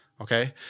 okay